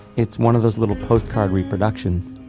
it's one of those little postcard reproductions.